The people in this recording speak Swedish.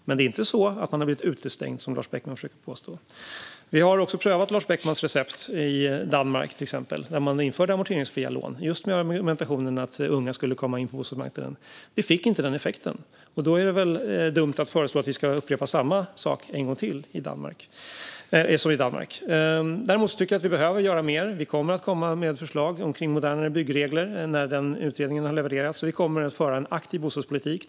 Det är dock inte så att de unga har blivit utestängda, som Lars Beckman försöker påstå. Lars Beckmans recept har prövats i till exempel Danmark. Där införde man amorteringsfria lån just med argumentationen att unga skulle komma in på bostadsmarknaden. Det fick inte den effekten, och då är det väl dumt att föreslå att vi ska göra samma sak som i Danmark. Däremot tycker jag att vi behöver göra mer, och vi kommer att komma med förslag kring modernare byggregler när den utredningen har levererats. Vi kommer att föra en aktiv bostadspolitik.